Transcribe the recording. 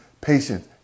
patience